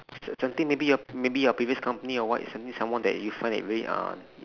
s~ something maybe your maybe your previous company or what something someone that you find very uh